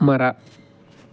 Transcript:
ಮರ